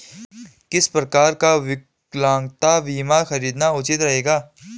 किस प्रकार का विकलांगता बीमा खरीदना उचित रहेगा?